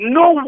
no